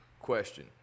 Question